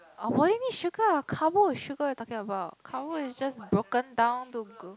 our body need sugar carbo is sugar what you talking about carbo is just broken down to glu~